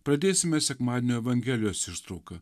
pradėsime sekmadienio evangelijos ištrauka